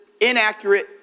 inaccurate